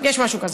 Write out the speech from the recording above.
יש משהו כזה.